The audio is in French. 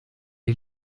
est